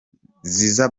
ziza